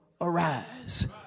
arise